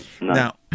Now